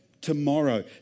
tomorrow